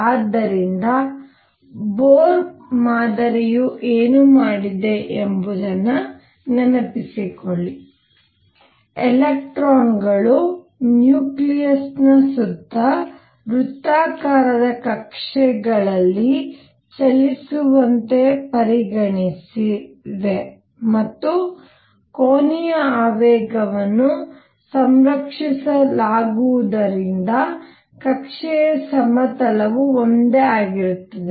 ಆದ್ದರಿಂದ ಬೊರ್ ಮಾದರಿಯು ಏನು ಮಾಡಿದೆ ಎಂಬುದನ್ನು ನೆನಪಿಸಿಕೊಳ್ಳಿ ಎಲೆಕ್ಟ್ರಾನ್ಗಳು ನ್ಯೂಕ್ಲಿಯಸ್ನ ಸುತ್ತ ವೃತ್ತಾಕಾರದ ಕಕ್ಷೆಗಳಲ್ಲಿ ಚಲಿಸುವಂತೆ ಪರಿಗಣಿಸಿವೆ ಮತ್ತು ಕೋನೀಯ ಆವೇಗವನ್ನು ಸಂರಕ್ಷಿಸಲಾಗಿರುವುದರಿಂದ ಕಕ್ಷೆಯ ಸಮತಲವು ಒಂದೇ ಆಗಿರುತ್ತದೆ